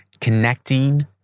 connecting